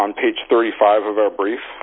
on page thirty five of our brief